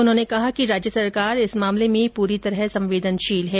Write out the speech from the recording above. उन्होंने कहा कि राज्य सरकार इस मामले में पूरी तरह संवेदनशील है